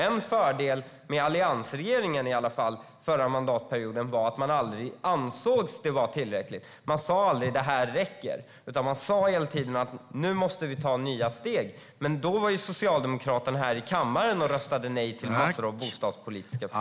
En fördel med alliansregeringen under den förra mandatperioden var att vi aldrig ansåg att det var tillräckligt. Vi sa aldrig att det här räcker, utan vi sa hela tiden att nu måste vi ta nya steg. Men då röstade Socialdemokraterna nej här i kammaren till massor av bostadspolitiska förslag.